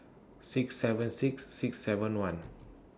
six seven six six seven one